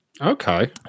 Okay